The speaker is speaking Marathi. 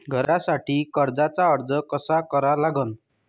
घरासाठी कर्जाचा अर्ज कसा करा लागन?